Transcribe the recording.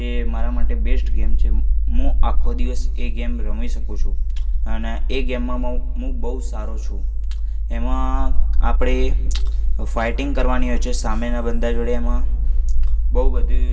તે મારા માટે બેસ્ટ ગેમ છે હું આખો દિવસ એ ગેમ રમી શકું છું અને એ ગેમમમાં મું બહુ સારો છું એમાં આપણે ફાયટિંગ કરવાની હોય છે સામેના બંદા જોડે એમાં બહુ બધી